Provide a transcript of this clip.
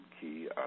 Key